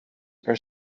are